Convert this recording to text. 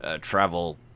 travel